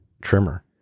trimmer